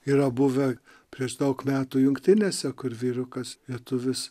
yra buvę prieš daug metų jungtinėse kur vyrukas lietuvis